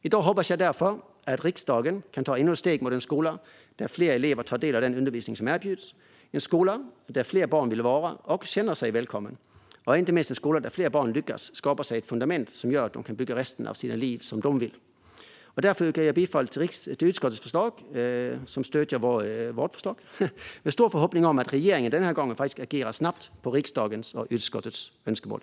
I dag hoppas jag därför att riksdagen kan ta ännu ett steg mot en skola där fler elever tar del av den undervisning som erbjuds, en skola där fler barn vill vara och känner sig välkomna och, inte minst, en skola där fler barn lyckas skapa sig ett fundament som gör att de kan bygga resten av sina liv som de vill. Därför yrkar jag bifall till utskottets förslag, som stöder vårt förslag, med stor förhoppning om att regeringen den här gången agerar snabbt på riksdagens och utskottets önskemål.